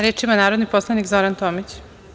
Reč ima narodni poslanik Zoran Tomić.